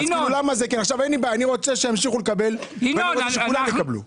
אני רוצה שימשיכו לקבל ואני רוצה שכולם יקבלו.